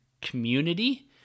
community